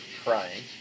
crying